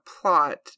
plot